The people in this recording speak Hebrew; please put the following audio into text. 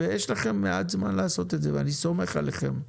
יש לכם מעט זמן לעשות את זה, אני סומך עליכם.